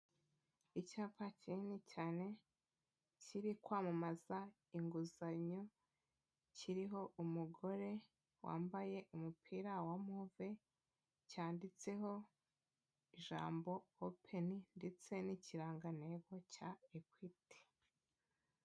Icyapa kinini cyane kiri kwamamaza inguzanyo, kiriho umugore wambaye umupira wa move, cyanditseho ijambo openi, ndetse n'ikirangantego cya ekwiti.